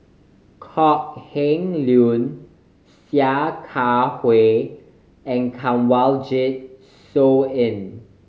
Kok Heng Leun Sia Kah Hui and Kanwaljit Soin